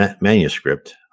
manuscript